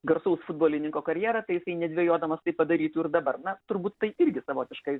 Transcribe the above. garsaus futbolininko karjerą tai jisai nedvejodamas tai padarytų ir dabar na turbūt tai irgi savotiškai